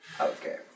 Okay